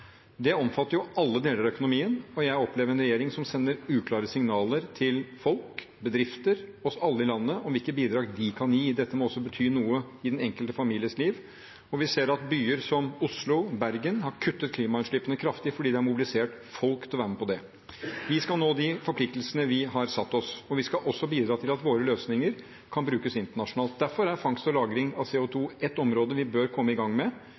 Det omfatter jo alle deler av økonomien. Jeg opplever en regjering som sender uklare signaler til folk, bedrifter, oss alle i landet, om hvilke bidrag de kan gi. Dette må også bety noe i den enkelte families liv. Vi ser at byer som Oslo og Bergen har kuttet klimautslippene kraftig fordi de har mobilisert folk til å være med på det. Vi skal nå de forpliktelsene vi har satt oss, og vi skal også bidra til at våre løsninger kan brukes internasjonalt. Derfor er fangst og lagring av CO 2 et område vi bør komme i gang med,